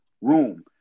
room